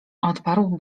odparł